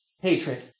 hatred